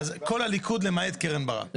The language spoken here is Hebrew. כל הליכוד, למעט קרן ברק.